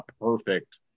perfect